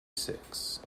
six